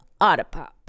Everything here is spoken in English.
autopop